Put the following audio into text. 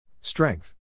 Strength